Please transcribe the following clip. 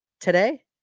Today